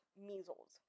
measles